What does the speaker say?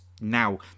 now